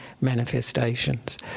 manifestations